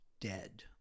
dead